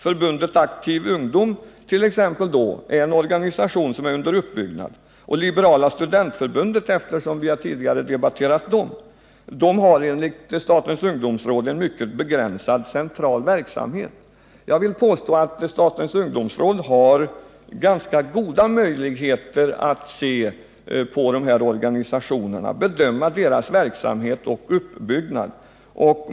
Förbundet Aktiv ungdom är en organisation som är under uppbyggnad, och Liberala studentförbundet som vi tidigare debatterat, har enligt statens ungdomsråd en mycket begränsad central verksamhet. Jag vill påstå att statens ungdomsråd har goda möjligheter att bedöma dessa organisationers verksamhet och uppbyggnad.